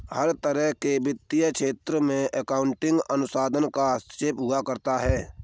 हर तरह के वित्तीय क्षेत्र में अकाउन्टिंग अनुसंधान का हस्तक्षेप हुआ करता है